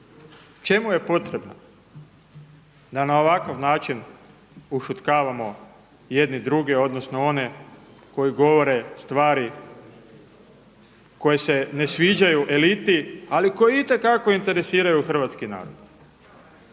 čemu je potreban? Da na ovakav način ušutkavamo jedni drugi odnosno one koji govore stvari koje se sviđaju eliti, ali koji itekako interesiraju hrvatski narod.